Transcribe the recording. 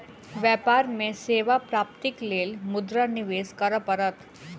व्यापार में सेवा प्राप्तिक लेल मुद्रा निवेश करअ पड़त